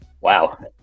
Wow